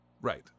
Right